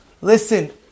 Listen